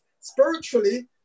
spiritually